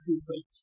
complete